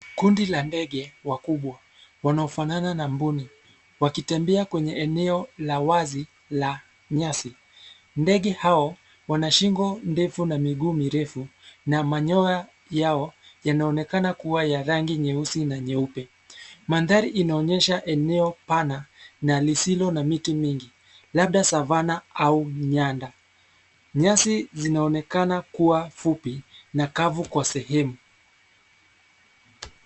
Kundi la ndege wakubwa, wanaofanana na mbuni, wakitembea kwenye eneo la wazi, la, nyasi, ndege hao, wana shingo ndefu na miguu mirefu, na manyoya, yao, yanaonekana kuwa ya rangi nyeusi na nyeupe, mandhari inaonyesha eneo pana, na lisilo na miti mingi, labda savannah au nyanda, nyasi zinaonekana kuwa fupi, na kavu kwa sehemu.